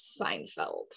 Seinfeld